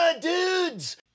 dudes